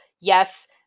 yes